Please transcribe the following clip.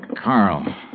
Carl